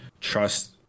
Trust